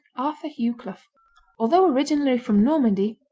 arthur hugh clough although originally from normandy,